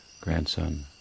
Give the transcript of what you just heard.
grandson